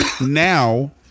now